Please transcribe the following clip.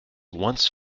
once